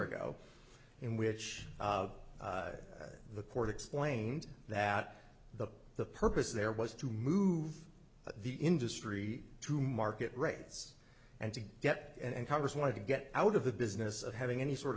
ago in which the court explained that the the purpose there was to move the industry to market rates and to get and congress wanted to get out of the business of having any sort